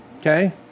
Okay